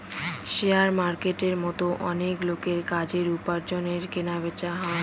share মার্কেটের মতো অনেক লোকের কাজের, উপার্জনের কেনা বেচা হয়